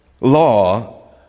law